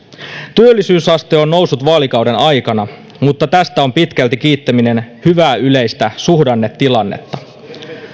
työllisyysaste on noussut vaalikauden aikana mutta tästä on pitkälti kiittäminen hyvää yleistä suhdannetilannetta